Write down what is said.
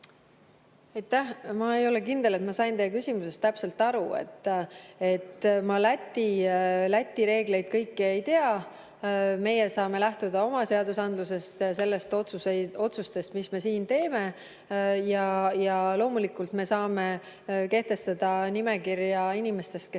Ma ei ole kindel, kas ma sain teie küsimusest täpselt aru. Ma kõiki Läti reegleid ei tea. Meie saame lähtuda oma seadustest, nendest otsustest, mis me siin teeme. Loomulikult me saame kehtestada nimekirja inimestest, kes